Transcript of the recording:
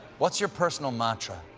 what's your personal mantra?